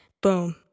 Boom